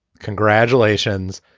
congratulations.